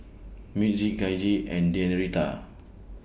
Mitzi Gaige and Denita